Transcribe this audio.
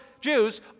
Jews